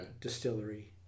Distillery